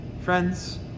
friends